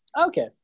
Okay